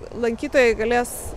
lankytojai galės